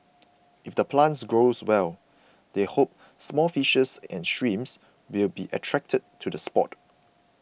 if the plants grow well they hope small fishes and shrimps will be attracted to the spot